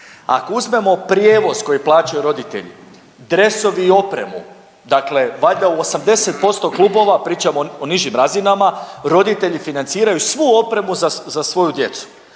Ako uzmemo prijevoz koji plaćaju roditelji, dresovi i opreme dakle valjda u 80% klubova pričamo o nižim razinama roditelji financiraju svu opremu za svoju djecu.